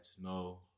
no